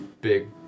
big